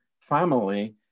family